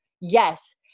Yes